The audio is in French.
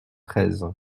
treize